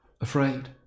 afraid